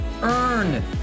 Earn